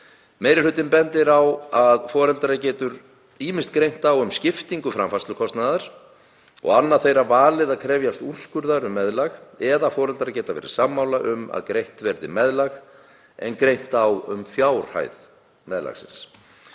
Meiri hlutinn bendir á að foreldra getur ýmist greint á um skiptingu framfærslukostnaðar og annað þeirra valið að krefjast úrskurðar um meðlag eða foreldrar verið sammála um að greitt verði meðlag en greint á um fjárhæð meðlagsins.